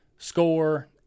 score